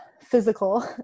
physical